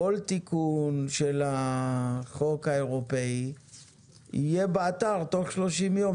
כל תיקון של החוק האירופי יהיה מתורגם באתר תוך 30 יום,